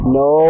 no